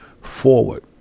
forward